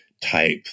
type